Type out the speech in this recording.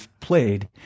played